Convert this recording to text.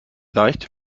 leicht